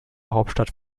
hauptstadt